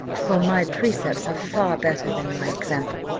for my precepts are far better than my example.